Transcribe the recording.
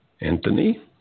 Anthony